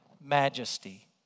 majesty